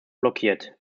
blockiert